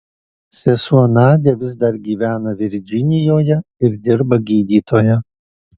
sesuo nadia vis dar gyvena virdžinijoje ir dirba gydytoja